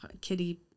kitty